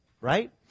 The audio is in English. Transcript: right